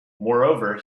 moreover